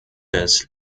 des